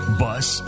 bus